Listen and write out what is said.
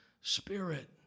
spirit